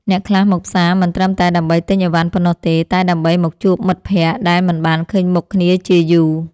អ្នកខ្លះមកផ្សារមិនត្រឹមតែដើម្បីទិញឥវ៉ាន់ប៉ុណ្ណោះទេតែដើម្បីមកជួបមិត្តភក្តិដែលមិនបានឃើញមុខគ្នាជាយូរ។